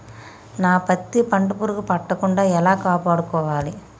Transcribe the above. నా పత్తి పంట పురుగు పట్టకుండా ఎలా కాపాడుకోవాలి?